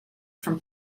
from